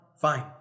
fine